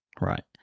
Right